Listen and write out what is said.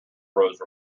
rose